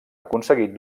aconseguit